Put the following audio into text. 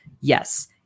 yes